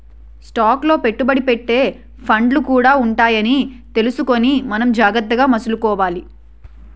stock లో పెట్టుబడి పెట్టే ఫండ్లు కూడా ఉంటాయని తెలుసుకుని మనం జాగ్రత్తగా మసలుకోవాలి